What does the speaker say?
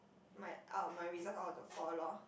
my out my results out of the four lor